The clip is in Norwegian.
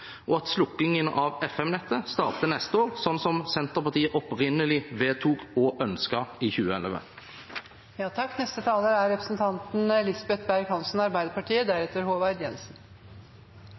og at slukkingen av FM-nettet starter neste år, slik som Senterpartiet opprinnelig vedtok, og ønsket, i